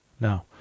No